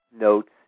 notes